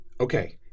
Okay